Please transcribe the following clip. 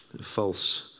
false